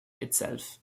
itself